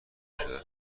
شدم